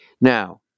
Now